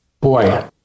Boy